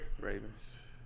Ravens